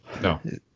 No